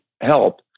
help